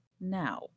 now